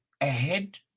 Ahead